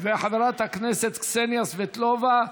וחברת הכנסת קסניה סבטלובה.